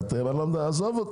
עזוב.